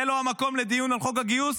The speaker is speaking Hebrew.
זה לא המקום לדיון על חוק הגיוס.